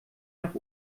nach